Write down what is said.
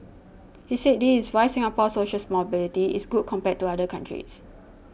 he said this is why Singapore's socials mobility is good compared to other countries